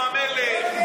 עם המלך,